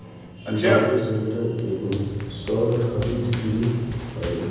bioshelter एगो सौर हरितगृह हवे